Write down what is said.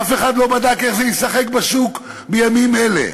אף אחד לא בדק איך זה ישחק בשוק בימים אלה.